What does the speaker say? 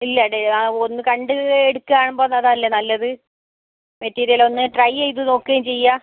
ഇല്ല ടേ ഒന്ന് കണ്ട് എടുക്കാവുമ്പോൾ അതല്ലേ നല്ലത് മെറ്റീരിയൽ ഒന്ന് ട്രൈ ചെയ്തു നോക്കുവേം ചെയ്യാം